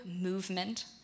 movement